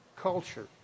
culture